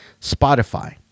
Spotify